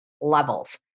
levels